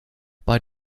bei